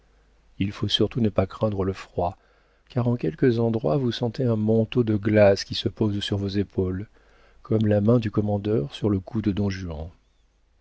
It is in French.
il faut surtout ne pas craindre le froid car en quelques instants vous sentez un manteau de glace qui se pose sur vos épaules comme la main du commandeur sur le cou de don juan